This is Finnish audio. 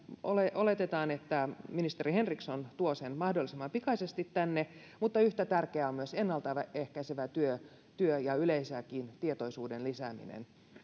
oletetaan että ministeri henriksson tuo esityksen mahdollisimman pikaisesti tänne mutta yhtä tärkeää on ennalta ehkäisevä työ työ ja yleensäkin tietoisuuden lisääminen